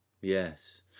Yes